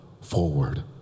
forward